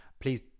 Please